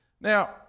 Now